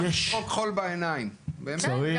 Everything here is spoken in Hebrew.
סתם לזרות חול בעיניים, באמת.